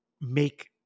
make